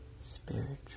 spiritual